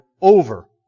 over